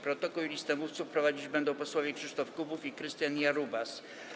Protokół i listę mówców prowadzić będą posłowie Krzysztof Kubów i Krystian Jarubas.